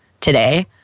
today